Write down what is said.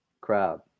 crowd